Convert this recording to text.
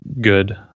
good